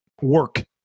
work